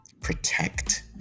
protect